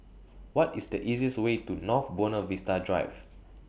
What IS The easiest Way to North Buona Vista Drive